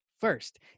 First